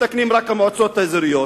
ומתקנים רק את חוק המועצות האזוריות?